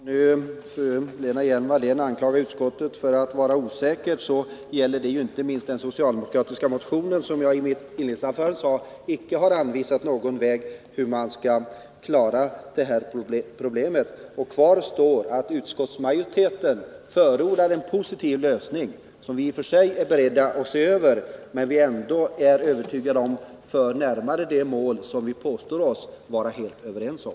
Herr talman! Om nu fru Hjelm-Wallén anklagar utskottet för att vara 11 december 1979 säkert, så gäller det inte minst den socialdemokratiska motionen, som jag i mitt inledningsanförande sade icke har anvisat någon väg att gå för att klara detta problem. Kvar står att utskottsmajoriteten förordar en positiv lösning, som vi i och för sig är beredda att se över men som vi ändå är övertygade om för oss närmare de mål som vi påstår oss vara helt överens om.